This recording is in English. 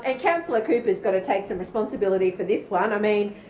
and councillor cooper has got to take some responsibility for this one. i mean,